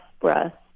breast